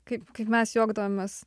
kaip kaip mes juokdavomės